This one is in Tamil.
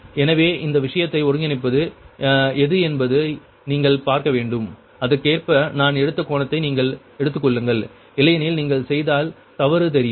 எனவே இந்த விஷயத்தை ஒருங்கிணைப்பது எது என்பதை நீங்கள் பார்க்க வேண்டும் அதற்கேற்ப நான் எடுத்த கோணத்தை நீங்கள் எடுத்துக் கொள்ளுங்கள் இல்லையெனில் நீங்கள் செய்தால் தவறு தெரியும்